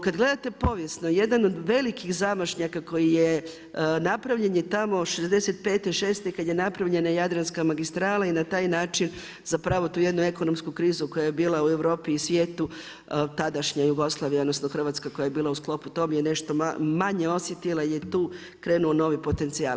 Kad gledate povijesno, jedan od velikih zamašnjaka koji je napravljen je tamo '65., šeste kad je napravljena Jadranska magistrala i na taj način zapravo tu jednu ekonomsku krizu koja je bila u Europi i svijetu tadašnja Jugoslavija, odnosno Hrvatska koja je bila u sklopu tom je nešto manje osjetila je tu krenuo novi potencijal.